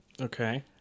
Okay